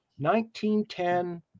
1910